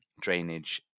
drainage